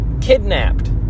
kidnapped